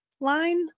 line